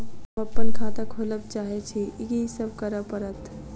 हम अप्पन खाता खोलब चाहै छी की सब करऽ पड़त?